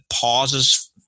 pauses